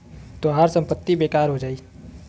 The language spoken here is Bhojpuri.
तोहार संपत्ति बेकार हो जाई